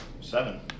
Seven